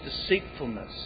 deceitfulness